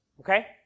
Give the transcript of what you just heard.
Okay